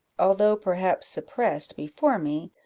although perhaps suppressed before me,